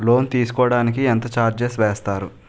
Loan తీసుకోడానికి ఎంత charges వేస్తారు?